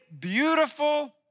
beautiful